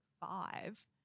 five